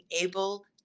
able